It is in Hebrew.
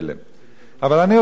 אבל אני רוצה לגעת בשורש.